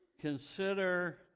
consider